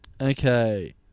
Okay